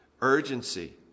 urgency